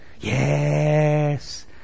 Yes